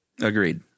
Agreed